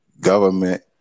government